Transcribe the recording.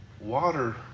water